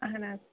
اَہن حظ